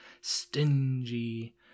stingy